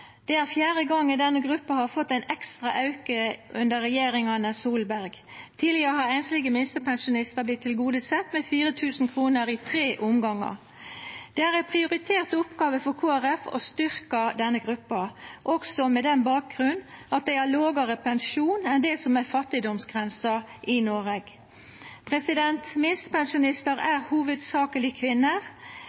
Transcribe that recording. Det er fjerde gongen denne gruppa har fått ein ekstra auke under regjeringane Solberg. Tidlegare har einslege minstepensjonistar vorte tilgodesett med 4 000 kr i tre omgangar. Det er ei prioritert oppgåve for Kristeleg Folkeparti å styrkja denne gruppa, også med den bakgrunnen at pensjonen er lågare enn det som er fattigdomsgrensa i Noreg. Minstepensjonistar er hovudsakeleg kvinner